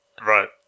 Right